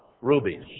rubies